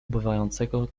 ubywającego